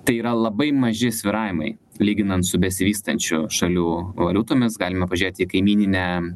tai yra labai maži svyravimai lyginant su besivystančių šalių valiutomis galime pažiūrėti į kaimyninę